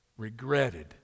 Regretted